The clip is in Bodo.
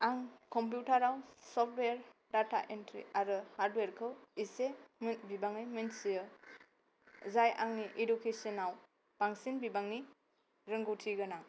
आं कम्पिउटाराव सफ्तवेर दाटा एन्त्रि आरो हार्डवेरखौ इसे बिबाङै मोन्थियो जाय आंनि इडुकेशनाव बांसिन बिबांनि रोंगौथि गोनां